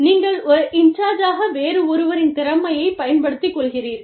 நீங்கள் ஒரு இஞ்சர்ஜாக வேறு ஒருவரின் திறமையைப் பயன்படுத்திக் கொள்கிறீர்கள்